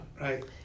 Right